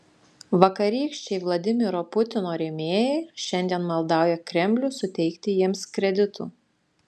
vakarykščiai vladimiro putino rėmėjai šiandien maldauja kremlių suteikti jiems kreditų